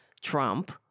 Trump